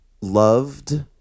Loved